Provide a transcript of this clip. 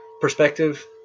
perspective